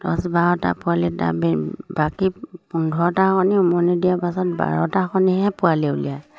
দহ বাৰটা পোৱালি তাৰ বাকী পোন্ধৰটা উমনি দিয়াৰ পাছত বাৰটা কণীয়েহে পোৱালি উলিয়াই